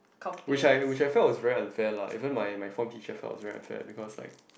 which I which I felt was very unfair even my my form teacher felt it was very unfair because like